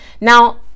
now